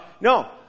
No